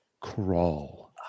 crawl